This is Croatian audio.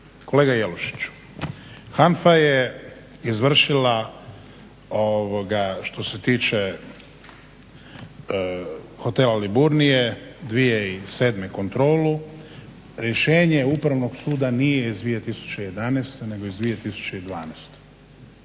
Kolega Jelušiću, HANFA je izvršila što se tiče hotela Liburnije 2007. kontrolu, rješenje Upravnog suda nije iz 2011. nego iz 2012.